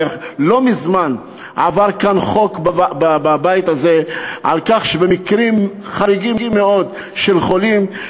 ולא מזמן עבר כאן בבית הזה חוק על כך שבמקרים חריגים מאוד של חולים,